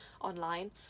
online